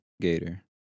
Gator